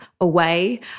away